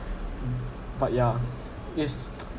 but yeah yes